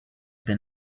been